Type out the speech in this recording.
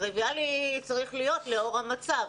טריוויאלי צריך להיות לאור המצב.